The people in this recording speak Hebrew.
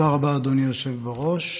תודה רבה, אדוני היושב-ראש.